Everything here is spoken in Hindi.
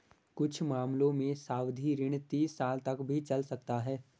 कुछ मामलों में सावधि ऋण तीस साल तक भी चल सकता है